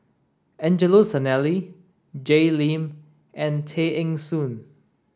Angelo Sanelli Jay Lim and Tay Eng Soon